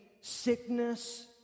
sickness